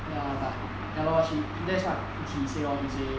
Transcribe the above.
ya but ya lor he that's what he says lor he says